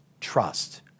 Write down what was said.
trust